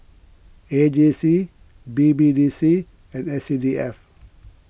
A J C B B D C and S C D F